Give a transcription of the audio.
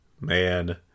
man